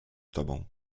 tobą